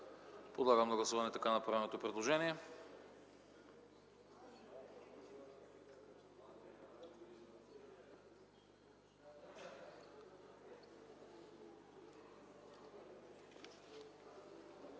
Подлагам на гласуване така направеното предложение.